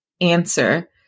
answer